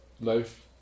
life